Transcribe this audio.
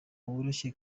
woroshye